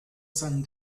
san